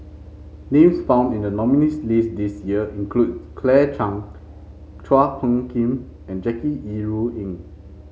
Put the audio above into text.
names found in the nominees list this year include Claire Chiang Chua Phung Kim and Jackie Yi Ru Ying